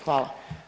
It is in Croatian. Hvala.